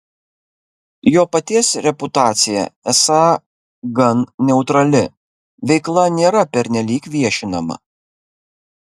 jo paties reputacija esą gan neutrali veikla nėra pernelyg viešinama